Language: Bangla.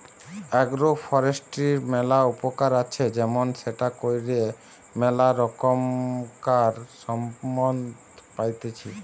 আগ্রো ফরেষ্ট্রীর ম্যালা উপকার আছে যেমন সেটা কইরে ম্যালা রোকমকার সম্পদ পাইতেছি